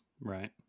Right